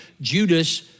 Judas